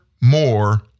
more